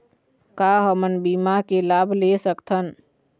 का हमन बीमा के लाभ ले सकथन?